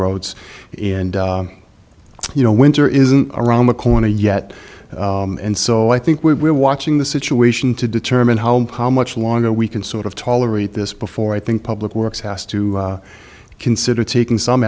roads and you know when there isn't around the corner yet and so i think we're watching the situation to determine how much longer we can sort of tolerate this before i think public works has to consider taking some